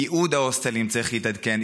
ייעוד ההוסטלים צריך להתעדכן.